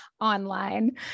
online